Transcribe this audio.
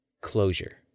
closure